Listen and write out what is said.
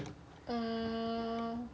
mmhmm